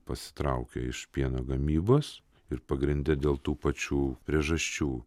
pasitraukė iš pieno gamybos ir pagrinde dėl tų pačių priežasčių